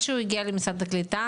עד שהוא הגיע למשרד העלייה והקליטה